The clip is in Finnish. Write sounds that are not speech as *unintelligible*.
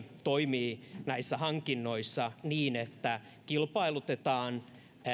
*unintelligible* toimii näissä hankinnoissa niin että kilpailutetaan